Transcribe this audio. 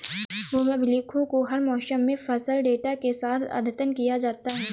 भूमि अभिलेखों को हर मौसम में फसल डेटा के साथ अद्यतन किया जाता है